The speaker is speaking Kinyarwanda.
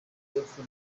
y’epfo